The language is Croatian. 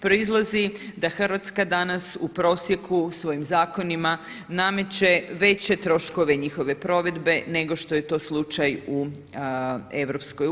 Proizlazi da Hrvatska danas u prosjeku svojim zakonima nameće veće troškove njihove provedbe nego što je to slučaj u EU.